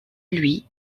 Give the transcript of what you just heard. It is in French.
lui